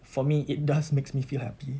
for me it does makes me feel happy